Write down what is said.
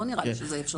לא נראה לי שזה אפשרי.